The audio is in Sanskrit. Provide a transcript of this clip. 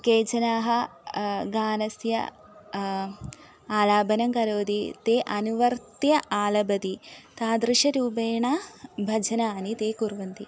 केचनाः गानस्य आलापनं करोति ते अनुवर्त्य आलापन्ति तादृशरूपेण भजनानि ते कुर्वन्ति